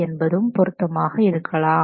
என்பதும் பொருத்தமாக இருக்கலாம்